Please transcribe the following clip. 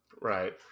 Right